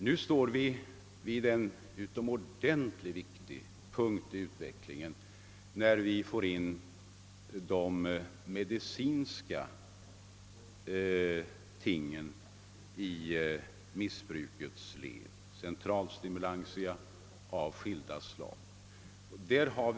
Nu när medicinska preparat som centralstimulantia av olika slag börjat missbrukas står vi inför en utomordentligt viktig punkt i utvecklingen.